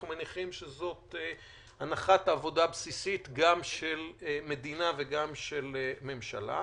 אנחנו מניחים שזאת הנחת עבודה בסיסית גם של מדינה וגם של ממשלה.